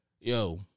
yo